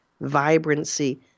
vibrancy